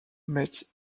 met